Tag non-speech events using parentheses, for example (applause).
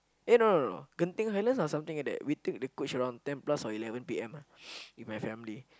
eh no no no Genting-Highlands or something like that we took the coach around ten plus or eleven P_M ah (noise) with my family